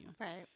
Right